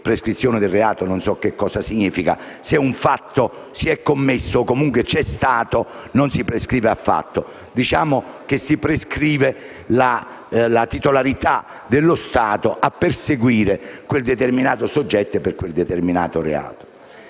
"prescrizione del reato": se un fatto si è commesso o comunque c'è stato non si prescrive affatto; diciamo che si prescrive la titolarità dello Stato a perseguire quel determinato soggetto per quel determinato reato.